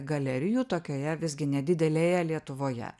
galerijų tokioje visgi nedidelėje lietuvoje